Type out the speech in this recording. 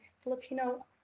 Filipino